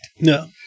No